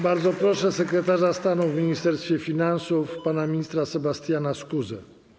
Bardzo proszę sekretarza stanu w Ministerstwie Finansów pana ministra Sebastiana Skuzę.